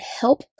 help